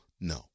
No